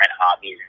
hobbies